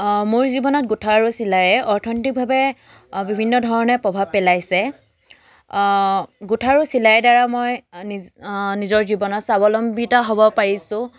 মোৰ জীৱনত গোঁঠা আৰু চিলায়ে অৰ্থনৈতিকভাৱে বিভিন্ন ধৰণে প্ৰভাৱ পেলাইছে গোঁঠা আৰু চিলাই দ্বাৰা মই নিজ নিজৰ জীৱনত স্বাৱলম্বিতা হ'ব পাৰিছোঁ